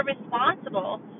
responsible